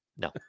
No